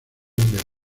del